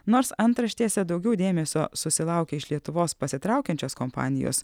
nors antraštėse daugiau dėmesio susilaukė iš lietuvos pasitraukiančios kompanijos